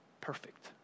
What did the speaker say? Perfect